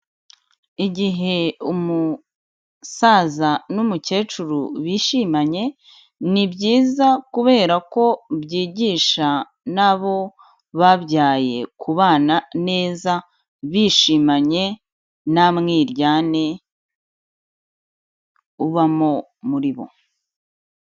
Igihe umusaza n'umukecuru bishimanye, ni byiza kubera ko byigisha n'abo babyaye kubana neza bishimanye, nta mwiryane ubamo muri bo.